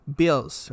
bills